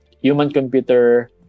human-computer